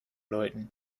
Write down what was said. läuten